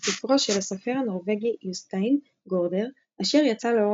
ספרו של הסופר הנורווגי יוסטיין גורדר אשר יצא לאור